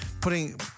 putting